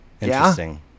Interesting